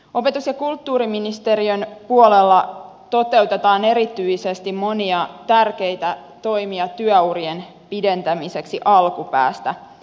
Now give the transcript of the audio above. opetus ja kulttuuriministeriön puolella toteutetaan erityisesti monia tärkeitä toimia työurien pidentämiseksi alkupäästä